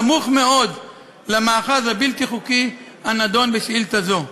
סמוך מאוד למאחז הבלתי-חוקי הנדון בשאילתה זו.